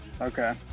okay